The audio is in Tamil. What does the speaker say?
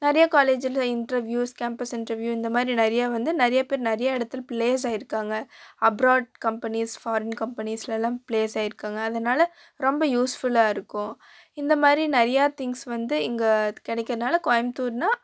நிறையா காலேஜில் இண்டர்வியூஸ் கேம்பஸ் இண்டர்வியூ இந்த மாதிரி நிறையா வந்து நிறையா பேர் நிறையா இடத்தில் பிளேஸ் ஆகிருக்காங்க அப்ராட் கம்பெனிஸ் ஃபாரீன் கம்பெனிஸில் எல்லாம் பிளேஸ் ஆகிருக்காங்க அதனால் ரொம்ப யூஸ்ஃபுல்லாக இருக்கும் இந்த மாதிரி நிறையா திங்ஸ் வந்து இங்கே கிடைக்கிறனால கோயமுத்தூர்னால்